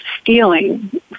stealing